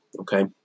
Okay